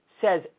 says